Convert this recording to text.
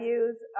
use